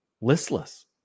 listless